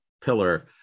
pillar